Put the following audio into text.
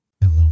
Hello